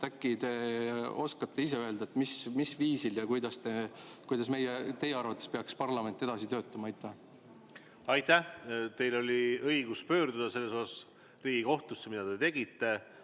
Äkki te oskate ise öelda, mis viisil ja kuidas teie arvates peaks parlament edasi töötama? Aitäh! Teil oli õigus pöörduda selles küsimuses Riigikohtusse, nagu te ka tegite.